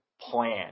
plan